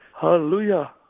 Hallelujah